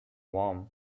warm